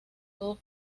todos